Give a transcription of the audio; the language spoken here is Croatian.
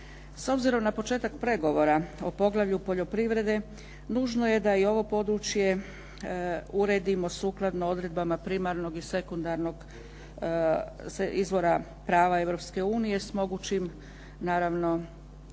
S obzirom na početak pregovora o poglavlju poljoprivrede, nužno je da i ovo područje uredimo sukladno odredbama primarnog i sekundarnog izvora prava Europske